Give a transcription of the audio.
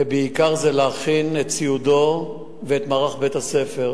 ובעיקר להכין את ציודו ואת מערך בית-הספר.